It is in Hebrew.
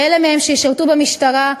ואלה מהם שישרתו במשטרה,